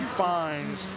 fines